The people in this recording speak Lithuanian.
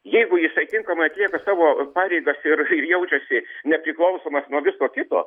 jeigu jisai tinkamai atlieka savo pareigas ir ir jaučiasi nepriklausomas nuo viso kito